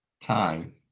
Time